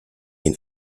ihn